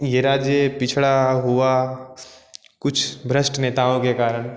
यह राज्य पिछड़ा हुआ कुछ भ्रष्ट नेताओं के कारण